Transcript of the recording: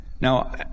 Now